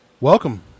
Welcome